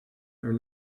are